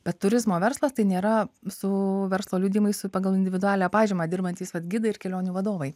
bet turizmo verslas tai nėra su verslo liudijimais pagal individualią pažymą dirbantys gidai ir kelionių vadovai